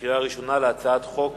בקריאה ראשונה על הצעת חוק